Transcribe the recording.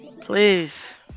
Please